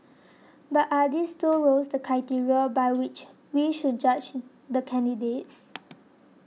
but are these two roles the criteria by which we should judge the candidates